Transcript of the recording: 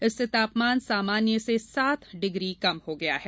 इससे तापमान सामान्य से सात डिग्री कम हो गया है